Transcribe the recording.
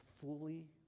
fully